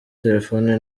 telefone